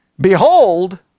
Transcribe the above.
behold